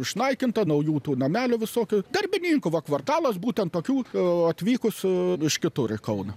išnaikinta naujų tų namelių visokių darbininkų va kvartalas būtent tokių o atvykus iš kitur į kauną